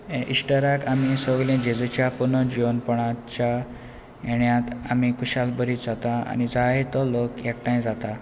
हें इश्टराक आमी सगले जेजेच्या पुर्ण जिवनपणाच्या येण्यांत आमी कुशाल बरी जातां आनी जायतो लोक एकठांय जाता